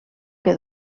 que